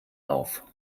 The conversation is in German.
auf